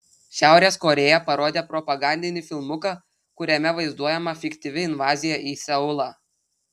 šiaurės korėja parodė propagandinį filmuką kuriame vaizduojama fiktyvi invazija į seulą